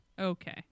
Okay